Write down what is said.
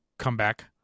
Comeback